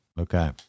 Okay